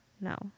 no